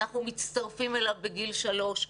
אנחנו מצטרפים אליהם בגיל שלוש,